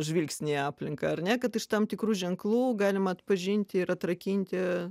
žvilgsnį į aplinką ar ne kad iš tam tikrų ženklų galima atpažinti ir atrakinti